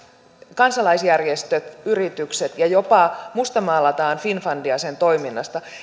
kansalaisjärjestöt yritykset ja jopa mustamaalataan finnfundia sen toiminnasta